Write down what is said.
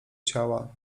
ciała